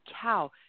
cow